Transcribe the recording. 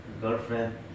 girlfriend